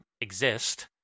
exist